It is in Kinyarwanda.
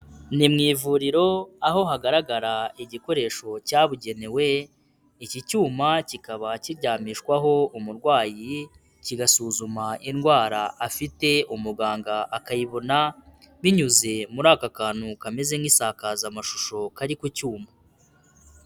Ni mu ivuriro, aho hagaragara igikoresho cyabugenewe, iki cyuma kikaba kiryamishwaho umurwayi, kigasuzuma indwara afite umuganga akayibona, binyuze muri aka kantu kameze nk'isakazamashusho kari ku cyuma.